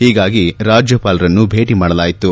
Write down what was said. ಹೀಗಾಗಿ ರಾಜ್ಞಪಾಲರನ್ನು ಭೇಟಿ ಮಾಡಲಾಯಿತು